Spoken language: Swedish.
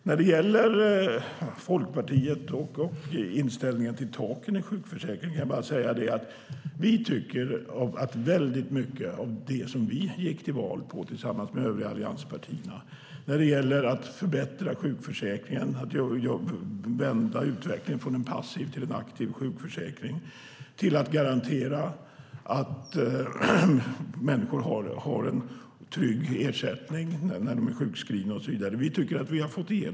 Angående Folkpartiets inställning till taken i sjukförsäkringen vill jag säga att vi tycker att vi fått igenom väldigt mycket av det vi tillsammans med övriga allianspartier gick till val på när det gäller att förbättra sjukförsäkringen och vända utvecklingen från en passiv till en aktiv sjukförsäkring och att garantera människor en trygg ersättning när de är sjukskrivna och så vidare.